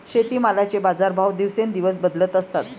शेतीमालाचे बाजारभाव दिवसेंदिवस बदलत असतात